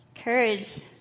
Courage